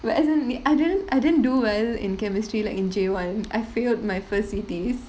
like as in I didn't I didn't do well in chemistry like in J one I failed my first C_T